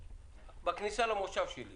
בכניסה למושב שלי